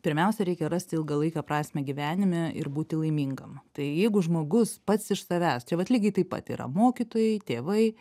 pirmiausia reikia rasti ilgalaikę prasmę gyvenime ir būti laimingam tai jeigu žmogus pats iš savęs čia vat lygiai taip pat yra mokytojai tėvai